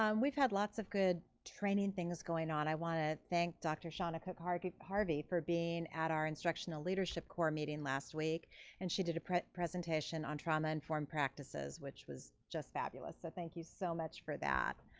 um we've had lots of good training things going on. i want to thank dr. channa cook-harvey cook-harvey for being at our instructional leadership corps meeting last week and she did a presentation on trauma-informed practices, which was just fabulous, so thank you so much for that.